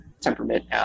temperament